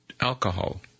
alcohol